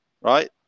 right